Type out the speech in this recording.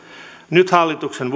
nyt hallituksen